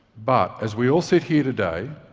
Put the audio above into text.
but as we all sit here today,